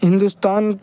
Hindustan